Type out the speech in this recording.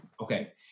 Okay